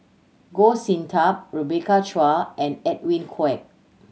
Goh Sin Tub Rebecca Chua and Edwin Koek